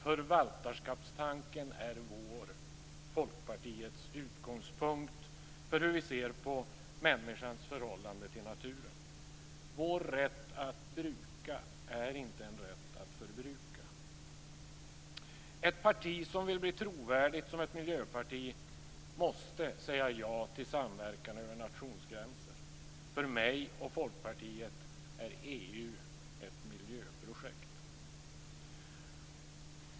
Förvaltarskapstanken är vår, Folkpartiets, utgångspunkt för hur vi ser på människans förhållande till naturen. Vår rätt att bruka är inte en rätt att förbruka. Ett parti som vill bli trovärdigt som ett miljöparti måste säga ja till samverkan över nationsgränser. För mig och Folkpartiet är EU ett miljöprojekt.